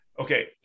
Okay